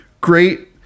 great